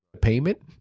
payment